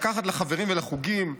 לקחת לחברים ולחוגים,